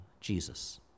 Jesus